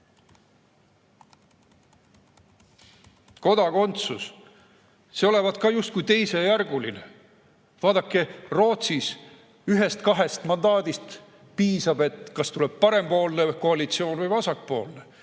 Kodakondsus olevat ka justkui teisejärguline. Vaadake, Rootsis ühest-kahest mandaadist piisab, et [selguks,] kas tuleb parempoolne koalitsioon või vasakpoolne.